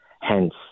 Hence